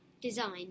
Design